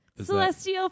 Celestial